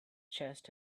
chest